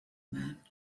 man